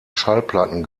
schallplatten